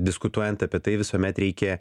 diskutuojant apie tai visuomet reikia